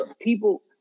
people